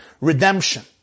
redemption